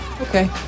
Okay